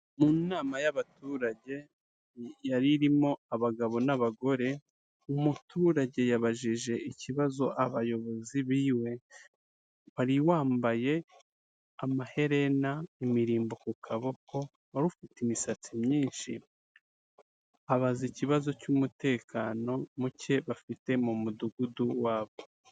Mu inama y'abaturage ,yaririmo abagabo n'abagore, umuturage yabajije ikibazo abayobozi biwe, wari wambaye, amaherena, imirimbo ku kaboko ,wari ufite imisatsi myinshi , abaza ikibazo cy'umutekano muke bafite mu mudugudu wabo.